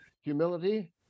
humility